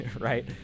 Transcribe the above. right